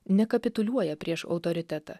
nekapituliuoja prieš autoritetą